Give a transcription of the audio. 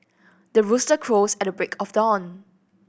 the rooster crows at the break of dawn